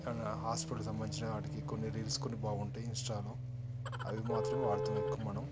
ఏమైనా హాస్పిటల్ సంబంధించిన వాటికి కొన్ని రీల్స్ కొన్ని బాగుంటాయి ఇన్స్టాలో అవి మాత్రం వాడుతాము ఎక్కువ మనం